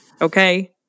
Okay